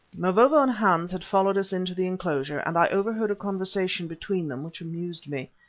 mavovo and hans had followed us into the enclosure, and i overheard a conversation between them which amused me.